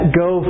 go